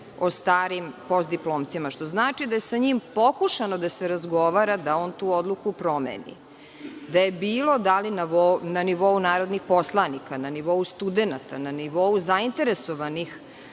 o starim postdiplomcima što znači da je sa njim pokušano da se razgovara da on tu odluku promeni. Da je bilo na nivou narodnih poslanika, na nivou studenata, na nivou zainteresovanih